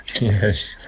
Yes